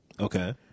Okay